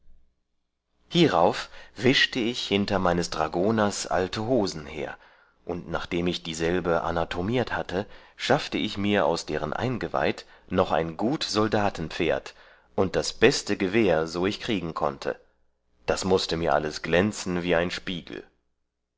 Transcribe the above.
hierauf wischte ich hinter meines dragoners alte hosen her und nachdem ich dieselbe anatomiert hatte schaffte ich mir aus deren eingeweid noch ein gut soldatenpferd und das beste gewehr so ich kriegen konnte das mußte mir alles glänzen wie ein spiegel